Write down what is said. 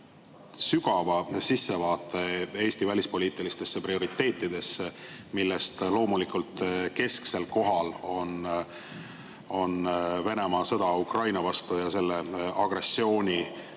sügava sissevaate Eesti välispoliitilistesse prioriteetidesse, milles loomulikult kesksel kohal on Venemaa sõda Ukraina vastu ja selle agressiooni